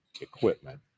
equipment